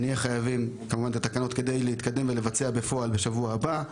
אנחנו חייבים את התקנות כדי להתקדם ולבצע את הדברים בפועל בשבוע הבא.